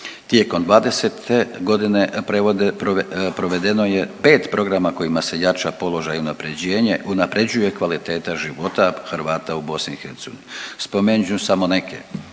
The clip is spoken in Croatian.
Tijekom '20. g. provedeno je 5 programa kojim se jača položaj, unaprjeđuje kvaliteta života Hrvata u BiH. Spomenut ću samo neke,